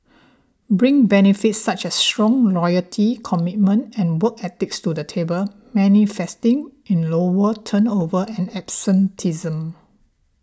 bring benefits such as strong loyalty commitment and work ethics to the table manifesting in lower turnover and absenteeism